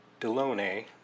Delone